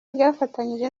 ryafatanyije